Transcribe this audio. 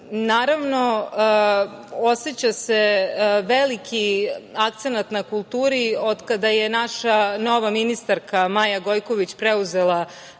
itd. Naravno, oseća se veliki akcenat na kulturi od kada je naša nova ministarka, Majka Gojković, preuzela